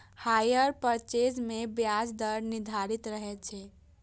hire purchase मे ब्याज दर निर्धारित रहै छै